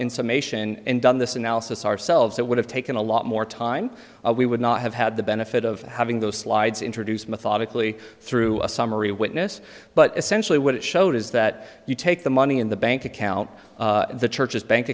summation and done this analysis ourselves that would have taken a lot more time we would not have had the benefit of having those slides introduced methodically through a summary witness but essentially what it showed is that you take the money in the bank account the church's bank